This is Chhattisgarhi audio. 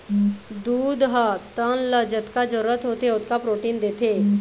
दूद ह तन ल जतका जरूरत होथे ओतका प्रोटीन देथे